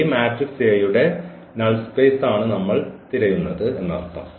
ഈ matrix A യുടെ null space ആണ് നമ്മൾ തിരയുന്നത് എന്നർത്ഥം